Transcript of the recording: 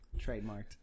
Trademarked